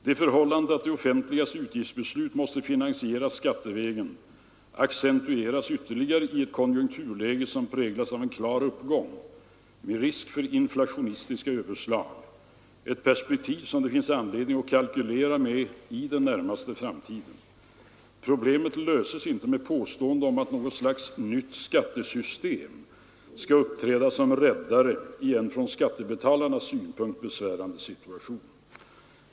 Det förhållandet att det offentligas utgiftsbeslut måste finansieras skattevägen accentueras ytterligare i ett konjunkturläge som präglas av klar uppgång med risk för inflationistiska överslag — ett perspektiv som det finns anledning att kalkylera med i den närmaste framtiden. Problemet löses inte med påståenden om att något slags nytt skattesystem skall uppträda som räddare i en från skattebetalarnas synpunkt besvärande situation.